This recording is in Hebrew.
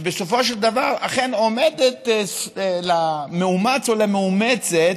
שבסופו של דבר אכן עומדת למאומץ או למאומצת,